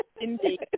Indeed